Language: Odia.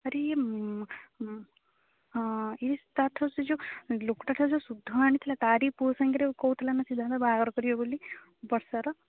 ଆରେ ଇଏ ହଁ ଇଏ ତା' ଠାରୁ ସେ ଯେଉଁ ଲୋକଟା ଠାରୁ ଯେଉଁ ଶୁଦ୍ଧ ଆଣିଥିଲା ତାରି ପୁଅ ସାଙ୍ଗରେ କହୁଥିଲା ନା ସିଧାନ୍ତ ବାହାଘର କରିବ ବୋଲି ବର୍ଷାର